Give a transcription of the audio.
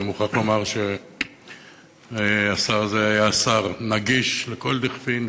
אני מוכרח לומר שהשר הזה היה שר נגיש לכל דכפין,